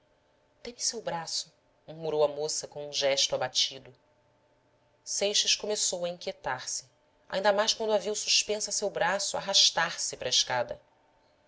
solicitude dê-me seu braço murmurou a moça com um gesto abatido seixas começou a inquietar se ainda mais quando a viu suspensa a seu braço arrastar se para a escada